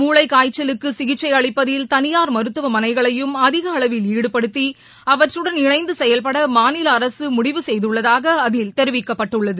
மூளைக்காய்ச்சலுக்கு சிகிச்சை அளிப்பதில் தனியார் மருத்துவமனைகளையும் அதிக அளவில் ஈடுபடுத்தி அவற்றடன் இணைந்து செயல்பட மாநில அரசு முடிவு செய்துள்ளதாக அதில் தெரிவிக்கப்பட்டுள்ளது